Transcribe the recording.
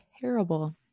terrible